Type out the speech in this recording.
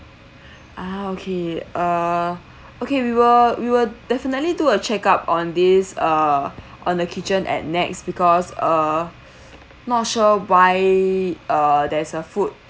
ah okay uh okay we will we will definitely do a check up on this uh on the kitchen at NEX because uh not sure why uh there's a food